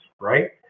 right